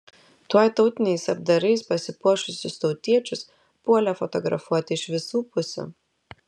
tuoj tautiniais apdarais pasipuošusius tautiečius puolė fotografuoti iš visų pusių